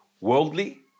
Worldly